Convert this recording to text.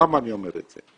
למה אני אומר את זה?